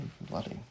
Bloody